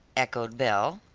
echoed belle.